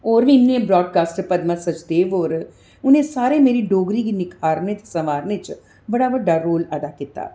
होर बी इन्ने ब्राड़कास्टर पदमा सचदेव होर उ'नें सारें मेरी डोगरी गी निखारने च संवारने च बड़ा बड्डा रोल अदा कीता